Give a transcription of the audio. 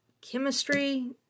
chemistry